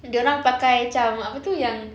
dia orang pakai macam apa tu yang